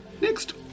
Next